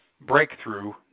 breakthrough